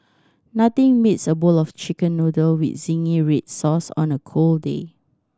nothing beats a bowl of Chicken Noodle with zingy red sauce on a cold day